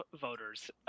voters